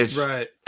right